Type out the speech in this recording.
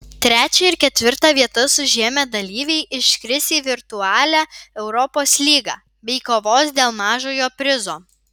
trečią ir ketvirtą vietas užėmę dalyviai iškris į virtualią europos lygą bei kovos dėl mažojo prizo